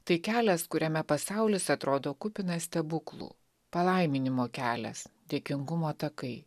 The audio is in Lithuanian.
tai kelias kuriame pasaulis atrodo kupinas stebuklų palaiminimo kelias dėkingumo takai